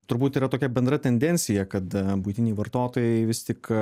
turbūt yra tokia bendra tendencija kad buitiniai vartotojai vis tik